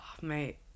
mate